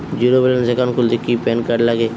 Zero balance account খুলতে কি PAN card লাগে?